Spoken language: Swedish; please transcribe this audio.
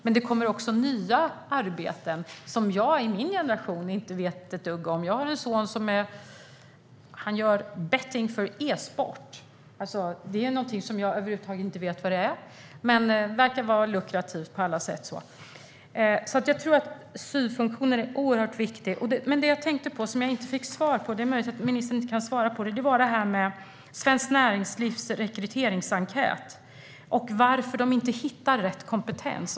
Men det kommer också nya arbeten som min generation inte vet ett dugg om. Jag har en son som gör betting för e-sport. Det är någonting som jag över huvud taget inte vet vad det är, men det verkar vara lukrativt. Jag tror alltså att SYV-funktionen är oerhört viktig. Men det jag tänkte på och som jag inte fick svar på - det är möjligt att ministern inte kan svara på det nu - var det här med Svenskt Näringslivs rekryteringsenkät och varför de inte hittar rätt kompetens.